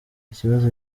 ikibazo